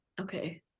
okay